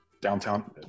downtown